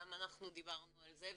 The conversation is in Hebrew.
כי גם אנחנו דיברנו על זה,